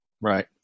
Right